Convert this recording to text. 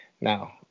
now